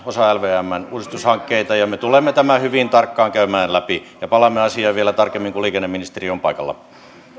osa lvmn uudistushankkeita ja me tulemme tämän hyvin tarkkaan käymään läpi ja palaamme asiaan vielä tarkemmin kun liikenneministeri on paikalla